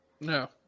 No